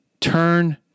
Turn